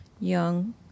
young